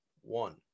One